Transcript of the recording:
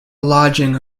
lodging